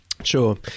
Sure